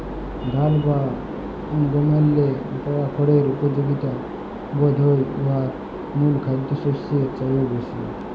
ধাল বা গমেল্লে পাওয়া খড়ের উপযগিতা বধহয় উয়ার মূল খাদ্যশস্যের চাঁয়েও বেশি